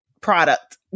product